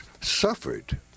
suffered